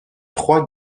trois